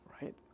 right